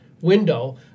window